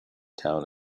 town